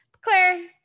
Claire